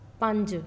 ਪੰਜ